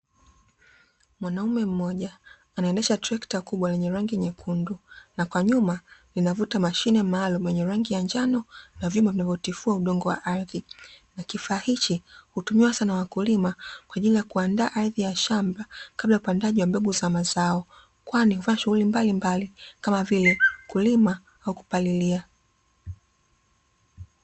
Mwanaume mmoja anaendesha trekta kubwa lenye rangi nyekundu na kwa a nyuma linavuta mashine maalumu yenye rangi ya njano na vyuma vinavyotifua udongo wa ardhi, kifaa hichi hutumika sana na wakulima ili kuandaa ardhi ya shamba kabla ya kupanda mbegu za mazao kwani hufanya shughuli mbalimbali kama vile kulima au kupalilia.